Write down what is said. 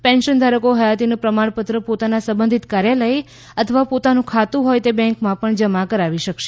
pension ધારકો હયાતીનું પ્રમામપત્ર પોતાના સંબંધિત કાર્યાલય અથવા પોતાનું ખાતું હોય તે બેન્કમાં પણ જમા કરાવી શકશે